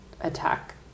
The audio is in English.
attack